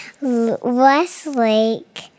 Westlake